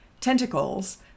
tentacles